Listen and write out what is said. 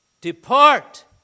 depart